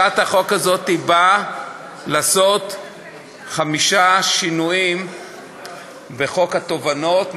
הצעת החוק הזאת באה לעשות חמישה שינויים בחוק התובענות,